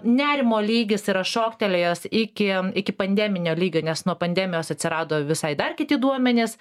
nerimo lygis yra šoktelėjęs iki iki pandeminio lygio nes nuo pandemijos atsirado visai dar kiti duomenys